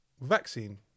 vaccine